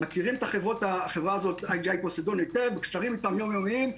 מכירים את החברה הזאת, קשרים יום-יומיים איתם,